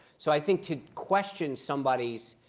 so i think to question somebody's